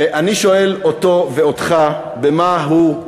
ואני שואל אותו ואותך: במה הוא,